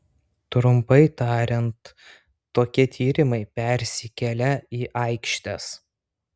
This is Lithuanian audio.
trumpai tariant tokie tyrimai persikelia į aikštes